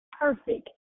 perfect